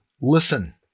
listen